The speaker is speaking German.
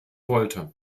wollte